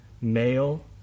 male